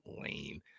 Lame